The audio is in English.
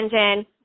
engine